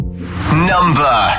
Number